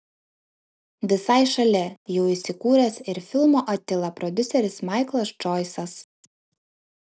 visai šalia jų įsikūręs ir filmo atila prodiuseris maiklas džoisas